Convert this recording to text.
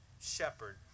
shepherd